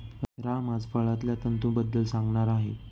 राम आज फळांतल्या तंतूंबद्दल सांगणार आहे